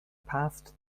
past